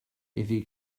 iddi